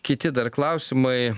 kiti dar klausimai